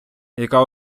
яка